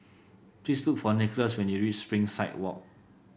please look for Nicholas when you reach Springside Walk